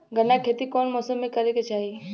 गन्ना के खेती कौना मौसम में करेके चाही?